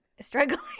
struggling